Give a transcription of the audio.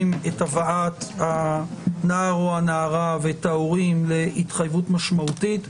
את הבאת הנער או הנערה ואת ההורים להתחייבות משמעותית,